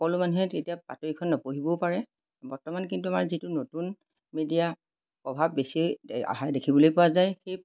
সকলো মানুহে তেতিয়া বাতৰিখন নপঢ়িবও পাৰে বৰ্তমান কিন্তু আমাৰ যিটো নতুন মিডিয়া প্ৰভাৱ বেছি অহাই দেখিবলৈ পোৱা যায় সেই